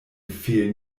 fehlen